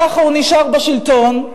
ככה הוא נשאר בשלטון.